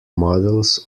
models